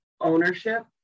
ownership